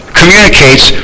communicates